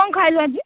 କଣ ଖାଇଲୁ ଆଜି